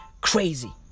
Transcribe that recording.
crazy